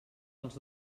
els